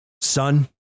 son